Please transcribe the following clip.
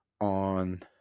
on